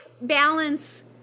balance